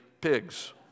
pigs